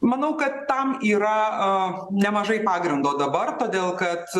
manau kad tam yra nemažai pagrindo dabar todėl kad